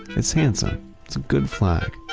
it's handsome. it's a good flag.